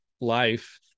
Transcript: life